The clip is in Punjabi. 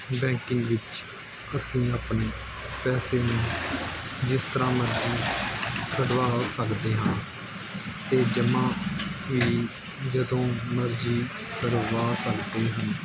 ਬੈਂਕਿੰਗ ਵਿੱਚ ਅਸੀਂ ਆਪਣੇ ਪੈਸੇ ਨੂੰ ਜਿਸ ਤਰ੍ਹਾਂ ਮਰਜ਼ੀ ਕਢਵਾ ਸਕਦੇ ਹਾਂ ਅਤੇ ਜਮਾਂ ਵੀ ਜਦੋਂ ਮਰਜ਼ੀ ਕਰਵਾ ਸਕਦੇ ਹਾਂ